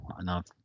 enough